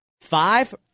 Five